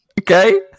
Okay